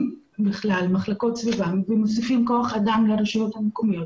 בכלל מחלקות סביבה ומוסיפים כח אדם לרשויות המקומיות,